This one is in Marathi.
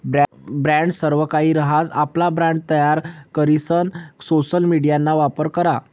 ब्रॅण्ड सर्वकाहि रहास, आपला ब्रँड तयार करीसन सोशल मिडियाना वापर करा